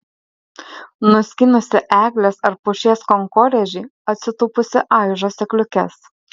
nuskynusi eglės ar pušies kankorėžį atsitūpusi aižo sėkliukes